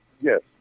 Yes